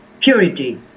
purity